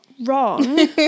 wrong